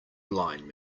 blind